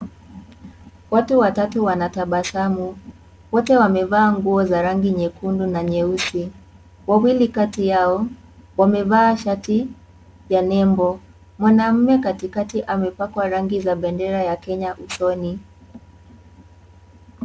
Watu watatu wanatabasamu, wote wamevaa nguo za rangi nyekundu na nyeusi, wawili kati yao wamevaa shati ya nembo, mwanaume katikati amepakwa rangi za bendera ya Kenya usoni.